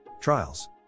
trials